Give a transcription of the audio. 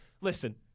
listen